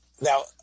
now